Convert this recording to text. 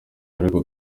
ariko